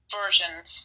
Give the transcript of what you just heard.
versions